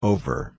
Over